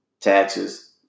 taxes